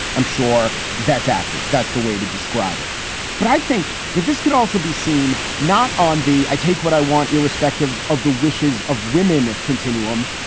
i'm sure that's accurate. that's the way to describe it but i think that this could also be seen not on the i take what i want, irrespective of the wishes of women, a continuum.